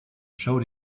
showed